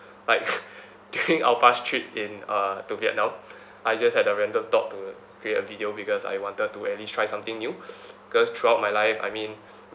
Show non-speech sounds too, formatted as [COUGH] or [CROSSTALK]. like [LAUGHS] during our past trip in uh to vietnam I just had a random thought to create a video because I wanted to at least try something new [BREATH] cause throughout my life I mean